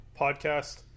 podcast